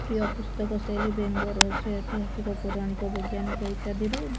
ପ୍ରିୟ ପୁସ୍ତକ ଶୈଳୀ ବ୍ୟଙ୍ଗ ରହସ୍ୟ ଐତିହାସିକ ପୌରାଣିକ ବୈଜ୍ଞାନିକ ଇତ୍ୟାଦିରୁ